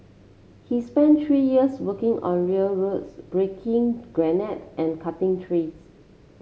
he spent three years working on railroads breaking granite and cutting trees